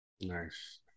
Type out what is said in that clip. Nice